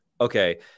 okay